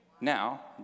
Now